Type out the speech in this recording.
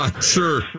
Sure